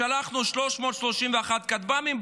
שלחנו 331 כטב"מים,